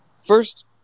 first